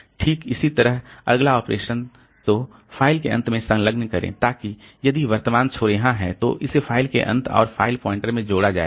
ठीक इसी तरह अगला ऑपरेशन तो फ़ाइल के अंत में संलग्न करें ताकि यदि वर्तमान छोर यहाँ है तो इसे फ़ाइल के अंत और फ़ाइल पॉइंटर में जोड़ा जाएगा